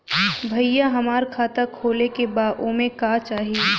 भईया हमार खाता खोले के बा ओमे का चाही?